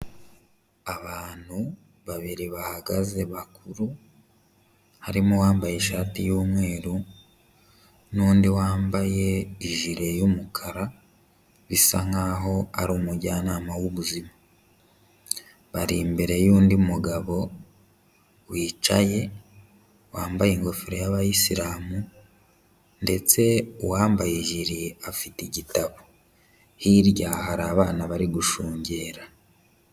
Abantu babiri bahagaze bakuru, harimo uwambaye ishati y'umweru n'undi wambaye ijire y'umukara bisa nkaho ari umujyanama w'ubuzima. Bari imbere y'undi mugabo wicaye, wambaye ingofero y'abayisilamu, ndetse uwambaye ijiri afite igitabo. Hirya hari abana bari gushungera.